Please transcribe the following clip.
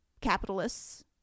capitalists